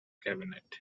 cabinet